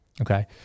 Okay